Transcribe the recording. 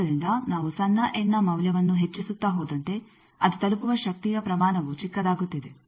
ಆದ್ದರಿಂದ ನಾವು ಸಣ್ಣ ಎನ್ನ ಮೌಲ್ಯವನ್ನು ಹೆಚ್ಚಿಸುತ್ತಾ ಹೋದಂತೆ ಅದು ತಲುಪುವ ಶಕ್ತಿಯ ಪ್ರಮಾಣವು ಚಿಕ್ಕದಾಗುತ್ತಿದೆ